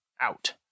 out